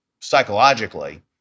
psychologically